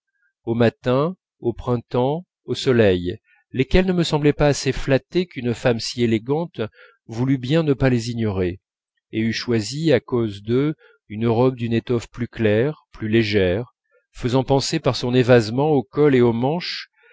au matin au printemps au soleil lesquels ne me semblaient pas assez flattés qu'une femme si élégante voulût bien ne pas les ignorer et eût choisi à cause d'eux une robe d'une étoffe plus claire plus légère faisant penser par son évasement au col et aux manches